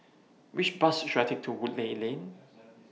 Which Bus should I Take to Woodleigh Lane